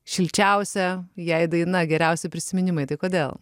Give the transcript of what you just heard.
šilčiausia jai daina geriausi prisiminimai tai kodėl